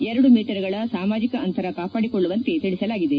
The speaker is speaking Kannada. ಎರಡು ಮೀಟರ್ಗಳ ಸಾಮಾಜಿಕ ಅಂತರ ಕಾಪಾಡಿಕೊಳ್ಳುವಂತೆ ತಿಳಿಸಲಾಗಿದೆ